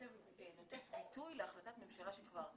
נותנת ביטוי להחלטת ממשלה שכבר נתקבלה,